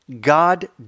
God